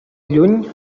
lluny